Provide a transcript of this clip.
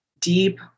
deep